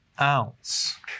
ounce